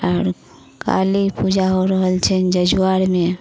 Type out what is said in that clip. आओर काली पूजा हो रहल छनि जजुवारमे